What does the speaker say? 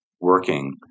working